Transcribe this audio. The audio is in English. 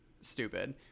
stupid